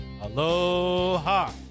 Aloha